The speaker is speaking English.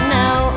now